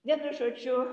vienu žodžiu